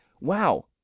wow